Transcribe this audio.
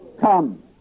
Come